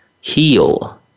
heal